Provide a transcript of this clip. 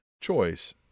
choice